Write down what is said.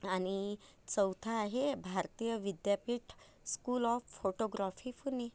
आणि चौथं आहे Bharati Vidyapeeth school of photography Pune